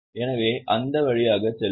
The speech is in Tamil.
எனவே அந்த வழியாக செல்லுங்கள்